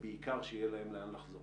ובעיקר שיהיה להם לאן לחזור.